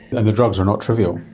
and the drugs are not trivial.